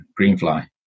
greenfly